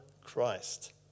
Christ